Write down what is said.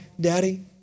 daddy